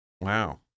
Wow